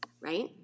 right